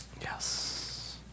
Yes